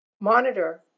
monitor